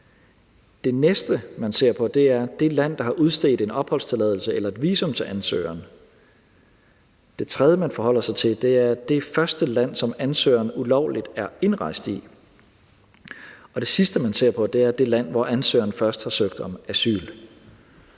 Det næste, man ser på, er det land, der har udstedt en opholdstilladelse eller et visum til ansøgeren. Det tredje, man forholder sig til, er det første land, som ansøgeren ulovligt er indrejst i. Det sidste, man ser på, er det land, hvor ansøgeren først har søgt om asyl.